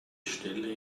stelle